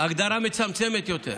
הגדרה מצמצמת יותר.